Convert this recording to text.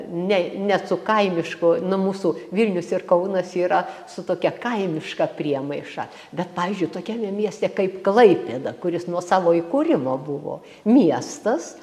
ne ne su kaimišku nu mūsų vilnius ir kaunas yra su tokia kaimiška priemaiša bet pavyzdžiui tokiame mieste kaip klaipėda kuris nuo savo įkūrimo buvo miestas